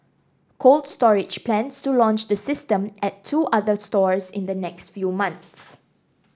Cold Storage plans to launch the system at two other stores in the next few months